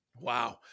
Wow